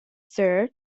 sir